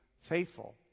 faithful